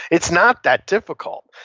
it's not that difficult.